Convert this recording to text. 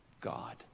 God